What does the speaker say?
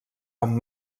amb